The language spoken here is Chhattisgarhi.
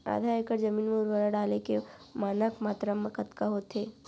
आधा एकड़ जमीन मा उर्वरक डाले के मानक मात्रा कतका होथे?